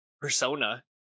persona